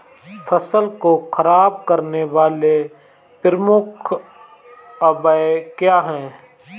फसल को खराब करने वाले प्रमुख अवयव क्या है?